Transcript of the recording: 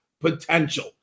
potential